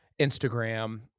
Instagram